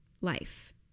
life